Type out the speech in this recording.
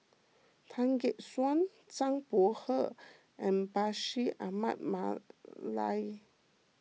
Tan Gek Suan Zhang Bohe and Bashir Ahmad Mallal